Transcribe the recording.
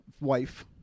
wife